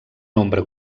nombre